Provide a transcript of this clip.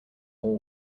all